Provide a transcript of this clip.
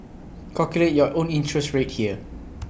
calculate your own interest rate here